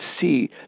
see